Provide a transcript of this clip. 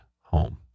home